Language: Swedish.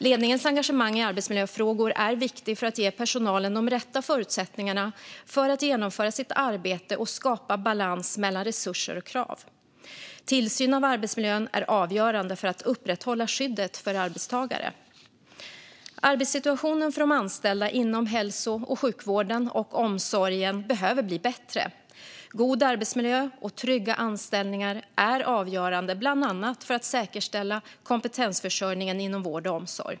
Ledningens engagemang i arbetsmiljöfrågor är viktigt för att ge personalen de rätta förutsättningarna för att genomföra sitt arbete och skapa balans mellan resurser och krav. Tillsyn av arbetsmiljö är avgörande för att upprätthålla skyddet för arbetstagare. Arbetssituationen för de anställda inom hälso och sjukvården och omsorgen behöver bli bättre. God arbetsmiljö och trygga anställningar är avgörande bland annat för att säkerställa kompetensförsörjningen inom vård och omsorg.